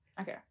Okay